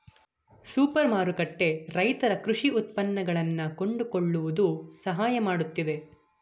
super ಮಾರುಕಟ್ಟೆ ರೈತರ ಕೃಷಿ ಉತ್ಪನ್ನಗಳನ್ನಾ ಕೊಂಡುಕೊಳ್ಳುವುದು ಸಹಾಯ ಮಾಡುತ್ತಿದೆ